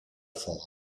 forza